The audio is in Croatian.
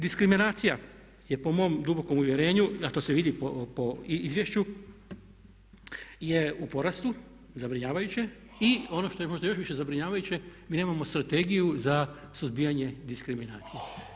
Diskriminacija je po mom dubokom uvjerenju, a to se i vidi po izvješću je u porastu zabrinjavajuće i ono što je možda još više zabrinjavajuće mi nemamo strategiju za suzbijanje diskriminacije.